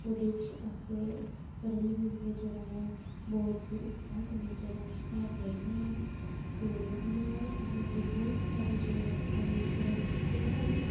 ओह्दे च अस रलियै मलियै जेह्ड़ा ऐ बहुत ही उत्साह कन्नै जेह्ड़ा ऐ भाग लैन्ने आं में बहुत सारे जेह्ड़े हैन प्राइज जित्ते हैन